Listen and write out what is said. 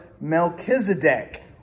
Melchizedek